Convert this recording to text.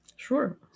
Sure